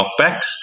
knockbacks